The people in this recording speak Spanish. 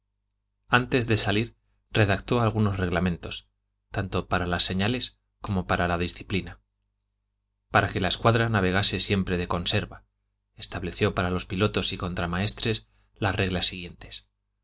antes de partir redactó algunos reglamentos tanto para las señales como para la disciplina para que la escuadra navegase siempre de conserva estableció para los pilotos y contramaestres las reglas siguientes